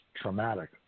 traumatic